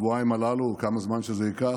בשבועיים הללו או כמה זמן שזה ייקח,